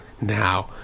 now